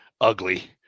ugly